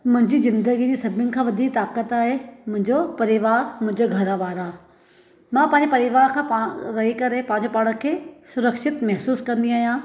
मुंहिंजी ज़िंदगी जी सभिनि खां वॾी ताक़त आहे मुंहिंजो परिवारु मुंहिंजे घर वारा मां पंहिंजे परिवार खां पाण रही करे पंहिंजे पाण खे सुरक्षित महिसूसु कंदी आहियां